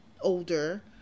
older